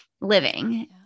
living